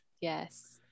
Yes